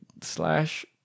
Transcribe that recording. slash